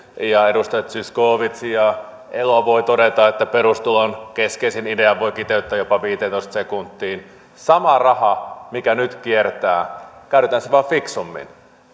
ja edustajille zyskowicz ja elo voi todeta että perustulon keskeisen idean voi kiteyttää jopa viiteentoista sekuntiin sama raha mikä nyt kiertää käytetään se vain fiksummin